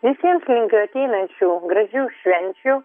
visiems linkiu ateinančių gražių švenčių